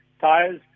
tires